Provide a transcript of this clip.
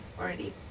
already